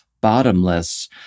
Bottomless